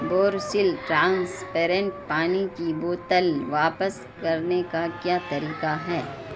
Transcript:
Borosil transparent پانی کی بوتل واپس کرنے کا کیا طریقہ ہے